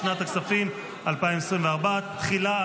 לשנת הכספים 2024. תחילה,